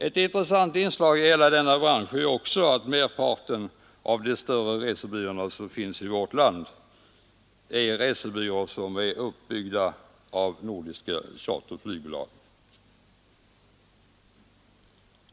Ett intressant inslag i hela denna bransch är ju också att merparten av de större resebyråer som finns i vårt land är resebyråer som är uppbyggda av nordiska charterflygbolag.